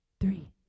three